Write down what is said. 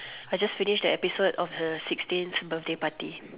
I just finished the episode of her sixteenth birthday party